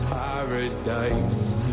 paradise